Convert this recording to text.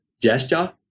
gesture